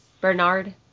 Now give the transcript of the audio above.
Bernard